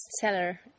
seller